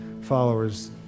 followers